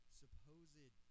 supposed